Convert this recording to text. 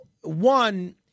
one